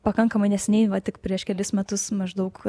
pakankamai neseniai va tik prieš kelis metus maždaug